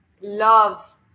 love